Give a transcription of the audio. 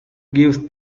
gives